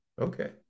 Okay